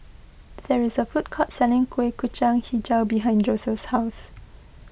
there is a food court selling Kueh Kacang HiJau behind Joseph's house